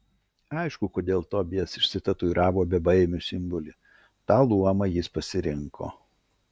aišku kodėl tobijas išsitatuiravo bebaimių simbolį tą luomą jis pasirinko